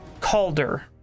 Calder